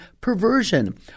perversion